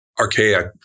archaic